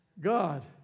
God